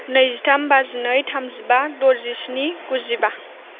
नैजिथाम बाजिनै थामजिबा द'जिस्नि गुजिबा